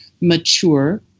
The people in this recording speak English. mature